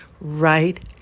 right